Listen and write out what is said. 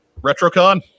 Retrocon